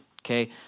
okay